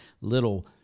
little